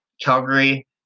Calgary